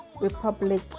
republic